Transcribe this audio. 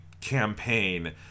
campaign